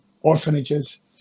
Orphanages